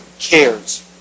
cares